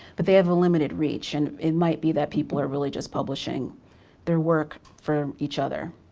but they have a limited reach and it might be that people are really just publishing their work for each other,